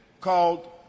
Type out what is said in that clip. called